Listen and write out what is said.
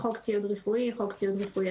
"חוק ציוד רפואי" חוק ציוד רפואי,